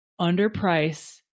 underprice